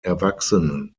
erwachsenen